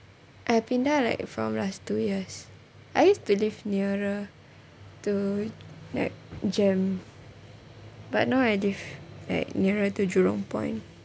I pindah like from last two years I used to live nearer to like JEM but now I live like nearer to jurong point